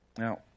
Now